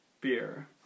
beer